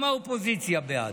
גם האופוזיציה בעד,